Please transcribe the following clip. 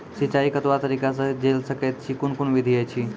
सिंचाई कतवा तरीका सअ के जेल सकैत छी, कून कून विधि ऐछि?